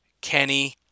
Kenny